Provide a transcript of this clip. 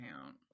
account